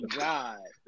god